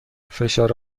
فشار